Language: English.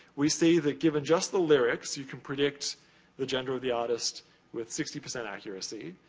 we see that given just the lyrics, you can predict the gender of the artist with sixty percent accuracy.